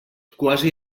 quasi